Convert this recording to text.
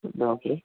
ആ ഓക്കെ